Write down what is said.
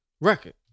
record